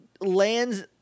lands